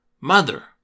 Mother